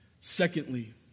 Secondly